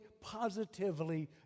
positively